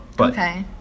Okay